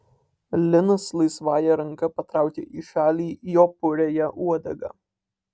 linas laisvąja ranka patraukia į šalį jo puriąją uodegą